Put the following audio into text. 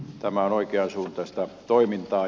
tämä on oikeansuuntaista toimintaa